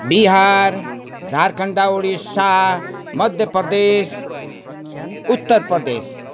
Bihar Jharkhand Odisha Madhya Pradesh Uttar Pradesh